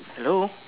hello